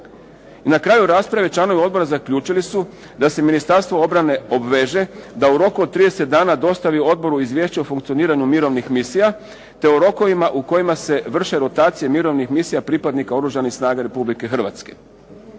na kraju rasprave, članovi odbora zaključili su da se Ministarstvo obrane obveže da u roku od 30 dana dostavi odboru izvješće o funkcioniranju mirovnih misija, te u rokovima u kojima se vrše rotacije mirovnih misija pripadnika oružanih snaga Republike Hrvatske.